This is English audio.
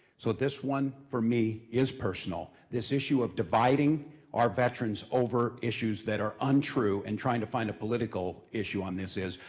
so this one for me is personal. this issue of dividing our veterans over issues that are untrue, and trying to find a political issue on this is,